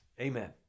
Amen